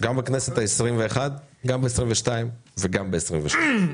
גם בכנסת ה-21, גם ב-22 וגם ב-23.